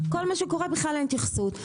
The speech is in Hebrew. כל מה שקורה בכלל אין התייחסות.